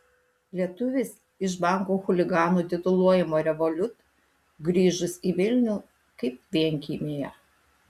lietuvis iš bankų chuliganu tituluojamo revolut grįžus į vilnių kaip vienkiemyje